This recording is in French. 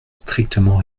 strictement